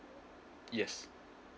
yes